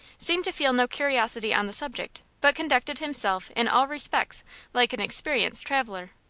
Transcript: seemed to feel no curiosity on the subject, but conducted himself in all respects like an experienced traveler.